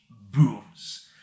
booms